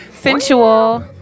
sensual